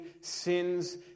sins